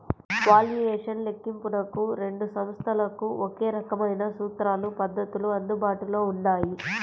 valuation లెక్కింపునకు రెండు సంస్థలకు ఒకే రకమైన సూత్రాలు, పద్ధతులు అందుబాటులో ఉన్నాయి